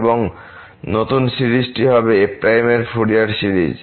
এবং নতুন সিরিজটি হবে f এর ফুরিয়ার সিরিজ